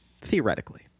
theoretically